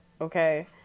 Okay